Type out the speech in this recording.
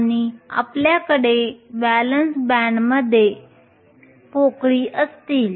आणि आपल्याकडे व्हॅलेन्स बँडमध्ये पोकळीहोल असतील